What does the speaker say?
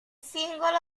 singolo